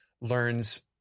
learns